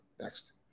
Next